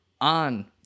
on